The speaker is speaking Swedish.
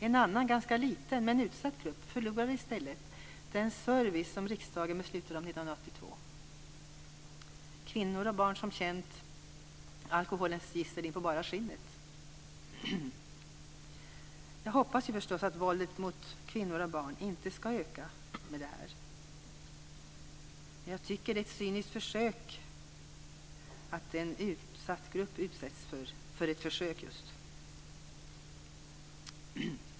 En annan liten, men utsatt, grupp förlorar i stället den service som riksdagen beslutade om 1982, dvs. kvinnor och barn som känt alkoholens gissel in på bara skinnet. Jag hoppas förstås att våldet mot kvinnor och barn inte ska öka med detta förslag. Men det är cyniskt att en utsatt grupp ska utsättas för ett försök.